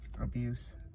abuse